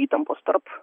įtampos tarp